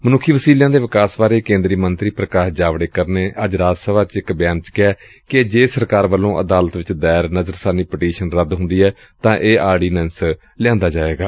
ਮਨੁੱਖੀ ਵਸੀਲਿਆਂ ਦੇ ਵਿਕਾਸ ਬਾਰੇ ਕੇਂਦਰੀ ਮੰਤਰੀ ਪ੍ਰਕਾਸ਼ ਜਾਵੜੇਕਰ ਨੇ ਅੱਜ ਰਾਜ ਸਭਾ ਚ ਇਕ ਬਿਆਨ ਵਿਚ ਕਿਹਾ ਕਿ ਜੇ ਸਰਕਾਰ ਵੱਲੋਂ ਅਦਾਲਤ ਵਿਚ ਦਾਇਰ ਨਜ਼ਰਸਾਨੀ ਪਟੀਸ਼ਨ ਰੱਦ ਹੁੰਦੀ ਏ ਤਾਂ ਇਹ ਆਰਡੀਨੈਂਸ ਲਿਆ ਜਾਏਗਾ